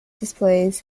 displays